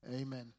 Amen